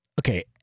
Okay